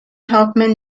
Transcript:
hoffman